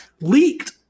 leaked